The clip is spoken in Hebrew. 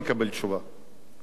אני באמת לא מקבל תשובה.